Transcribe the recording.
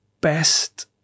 best